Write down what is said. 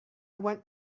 want